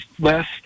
less –